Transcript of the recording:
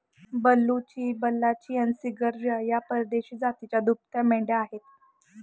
बलुची, बल्लाचियन, सिर्गजा या परदेशी जातीच्या दुभत्या मेंढ्या आहेत